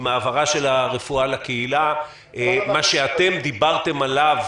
עם העברה של הרפואה לקהילה, מה שאתם דיברתם עליו